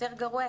ויותר גרוע,